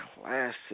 Classic